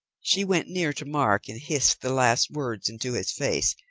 she went near to mark, and hissed the last words into his face,